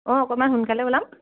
অঁ অকণমান সোনকালে ওলাম